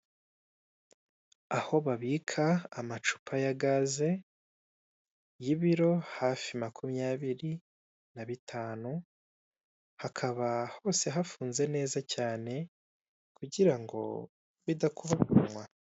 Aho babika amacupa ya gaze y'ibiro hafi makumyabiri nabitanu hakaba hose hafunze neza cyane kugirango bidakubaganwa